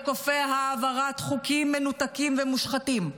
וכופה העברת חוקים מנותקים ומושחתים.